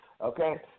Okay